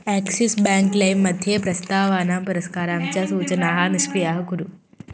axis Bank लैं मध्ये प्रस्तावानां पुरस्कारां च सूचनाः निष्क्रियाः कुरु